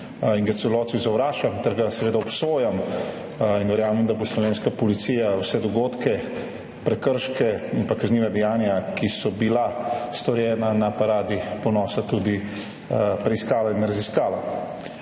in ga v celoti zavračam ter ga seveda obsojam in verjamem, da bo slovenska policija vse dogodke, prekrške in pa kazniva dejanja, ki so bila storjena na Paradi ponosa, tudi preiskala in raziskala.